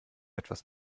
etwas